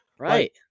right